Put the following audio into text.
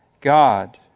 God